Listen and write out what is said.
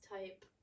type